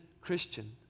Christian